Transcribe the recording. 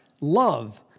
Love